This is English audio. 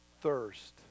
thirst